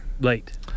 late